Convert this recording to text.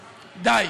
די,